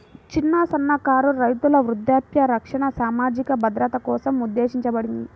చిన్న, సన్నకారు రైతుల వృద్ధాప్య రక్షణ సామాజిక భద్రత కోసం ఉద్దేశించబడింది